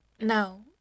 No